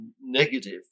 negative